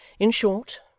in short,